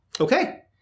Okay